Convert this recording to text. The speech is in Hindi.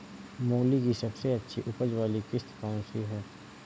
मूली की सबसे अच्छी उपज वाली किश्त कौन सी है?